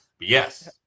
yes